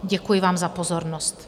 Děkuji vám za pozornost.